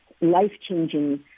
life-changing